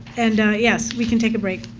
and yes, we can take a break.